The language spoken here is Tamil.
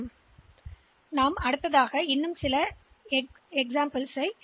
அடுத்து இந்த 8085 நிரலாக்கத்தின் இன்னும் சில எடுத்துக்காட்டுகளைப் பார்ப்போம்